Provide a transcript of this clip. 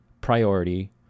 priority